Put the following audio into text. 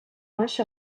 much